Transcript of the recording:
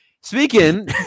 Speaking